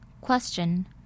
Question